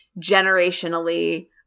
generationally